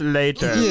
later